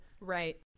Right